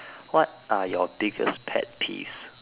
what are your biggest pet peeves